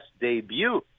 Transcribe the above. debut